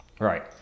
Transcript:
Right